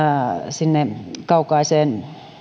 sinne kaukaiselle